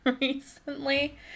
recently